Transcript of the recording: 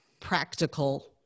practical